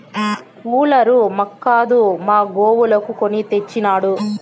cooler మాక్కాదు మా గోవులకు కొని తెచ్చినాడు